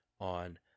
on